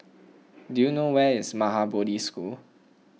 do you know where is Maha Bodhi School